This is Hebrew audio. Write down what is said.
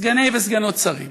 סגני וסגניות שרים,